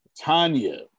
Tanya